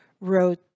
wrote